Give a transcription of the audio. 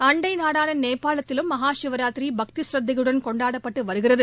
அண்டை நாடானா நேபாளத்திலும் மகாசிவராத்திரி பக்தி சிரத்தையும் கொண்டாடப்ழுட்டு வருகிறது